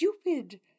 Stupid